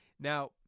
Now